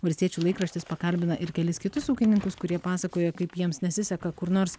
valstiečių laikraštis pakalbina ir kelis kitus ūkininkus kurie pasakoja kaip jiems nesiseka kur nors